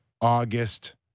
August